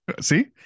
see